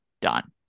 done